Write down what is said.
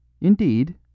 Indeed